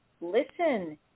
listen